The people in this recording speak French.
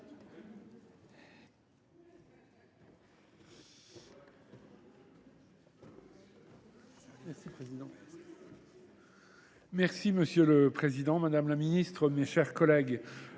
Jacquin. Monsieur le président, madame la ministre, mes chers collègues,